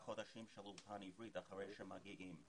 חודשים של אולפן עברית אחרי שהם מגיעים.